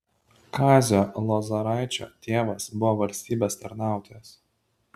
kazio lozoraičio tėvas buvo valstybės tarnautojas